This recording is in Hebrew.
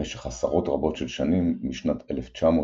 במשך עשרות רבות של שנים, משנת 1936